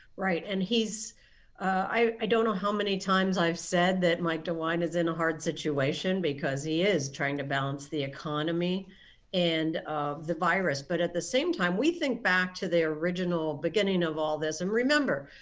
right, and he's i don't know how many times i've said that mike dewine is in a hard situation because he is trying to balance the economy and the virus. but at the same time we think back to the original beginning of all this. and remember,